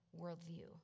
worldview